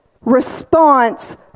response